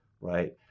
right